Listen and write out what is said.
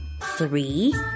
three